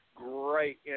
Great